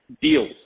deals